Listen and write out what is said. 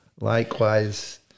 Likewise